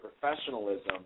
professionalism